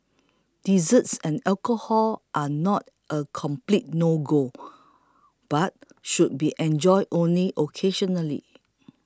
desserts and alcohol are not a complete no go but should be enjoyed only occasionally